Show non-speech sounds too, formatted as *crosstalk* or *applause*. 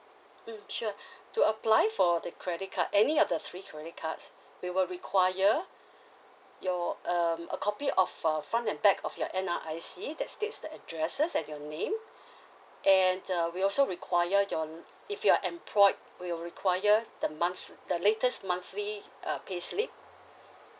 mm sure *breath* to apply for the credit card any of the three credit cards we will require your um a copy of uh front and back of your N_R_I_C that states the addresses and your name and uh we also require your if you are employed we will require the month the latest monthly uh payslip